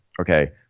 Okay